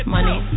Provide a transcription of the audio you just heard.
Money